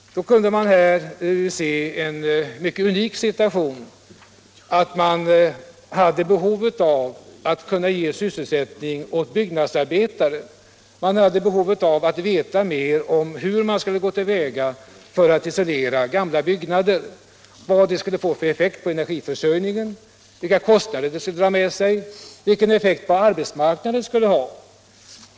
Av planverkets redovisning kan man utläsa att det skulle uppstå behov av att ge sysselsättning åt byggnadsarbetare, att man hade behov av att veta mer om hur man skulle gå till väga för att isolera gamla byggnader, vad det skulle få för effekt på energiförsörjningen, vilka kostnader det skulle dra med sig och vilken effekt det skulle få på arbetsmarknaden.